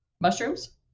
Mushrooms